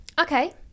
Okay